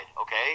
okay